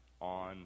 on